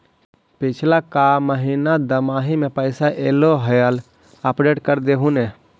पिछला का महिना दमाहि में पैसा ऐले हाल अपडेट कर देहुन?